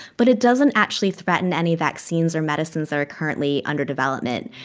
but it doesn't actually threaten any vaccines or medicines that are currently under development.